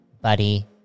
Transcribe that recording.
Buddy